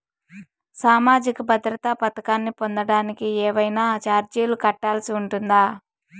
సామాజిక భద్రత పథకాన్ని పొందడానికి ఏవైనా చార్జీలు కట్టాల్సి ఉంటుందా?